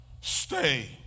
Stay